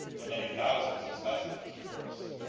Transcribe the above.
and many thousands of specimens, of course,